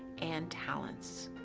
and talents.